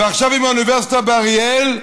ועכשיו עם האוניברסיטה באריאל,